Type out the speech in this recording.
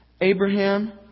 Abraham